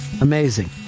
Amazing